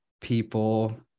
people